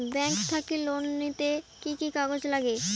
Bank থাকি loan নিতে কি কি কাগজ নাগে?